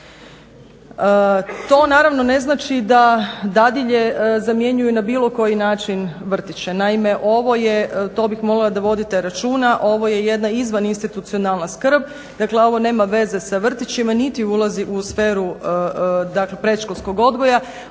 To naravno ne znači da dadilje zamjenjuju na bilo koji način vrtiće. Naime ovo je, to bih molila da vodite računa, ovo je jedna izvaninstitucionalna skrb, dakle ovo nema veze sa vrtićima niti ulazi u sferu predškolskog odgoja.